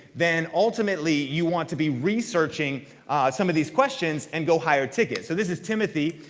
then ultimately you want to be researching some of these questions and go higher ticket. so this is timothy.